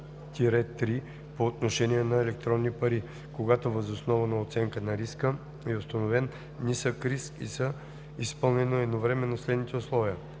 по отношение на електронни пари, когато въз основа на оценка на риска е установен нисък риск и са изпълнени едновременно следните условия: